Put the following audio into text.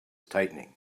tightening